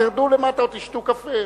תרדו למטה או תשתו קפה.